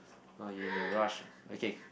oh you in a rush okay